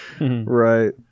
Right